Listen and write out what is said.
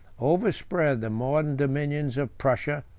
overspread the modern dominions of prussia,